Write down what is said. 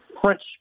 French